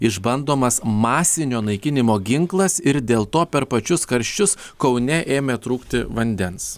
išbandomas masinio naikinimo ginklas ir dėl to per pačius karščius kaune ėmė trūkti vandens